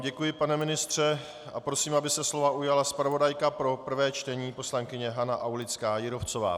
Děkuji vám, pane ministře, a prosím, aby se slova ujala zpravodajka pro prvé čtení poslankyně Hana Aulická Jírovcová.